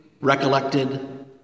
recollected